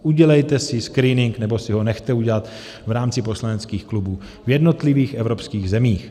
Udělejte si screening nebo si ho nechte udělat v rámci poslaneckých klubů v jednotlivých evropských zemích.